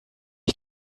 ich